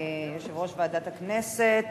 יושב-ראש ועדת הכנסת,